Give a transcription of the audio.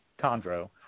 chondro